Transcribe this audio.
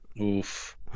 Oof